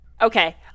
Okay